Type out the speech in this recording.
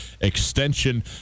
extension